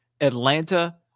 Atlanta